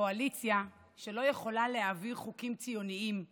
קואליציה שלא יכולה להעביר חוקים ציוניים לאומיים,